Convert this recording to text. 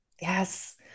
Yes